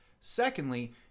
Secondly